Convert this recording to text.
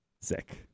sick